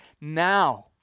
now